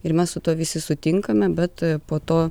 ir mes su tuo visi sutinkame bet po to